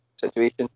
situation